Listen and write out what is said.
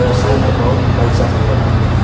व्यवसाय में बहुत पइसा मिलेला